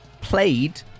played